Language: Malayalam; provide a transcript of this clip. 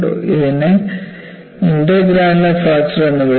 അതിനെ ഇന്റർഗ്രാനുലർ ഫ്രാക്ചർ എന്ന് വിളിക്കുന്നു